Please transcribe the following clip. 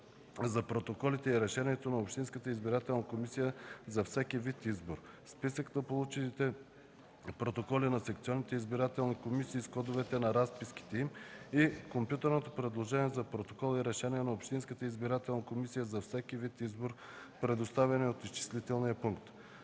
за протоколите и решението на общинската избирателна комисия за всеки вид избор, списък на получените протоколи на секционните избирателни комисии с кодовете на разписките им и компютърното предложение за протокол и решение на общинската избирателна комисия за всеки вид избор, предоставени от изчислителния пункт;